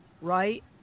right